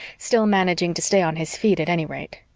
still managing to stay on his feet at any rate.